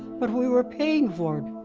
but we were paying for